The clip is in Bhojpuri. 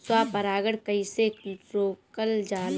स्व परागण कइसे रोकल जाला?